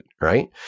right